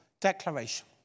declaration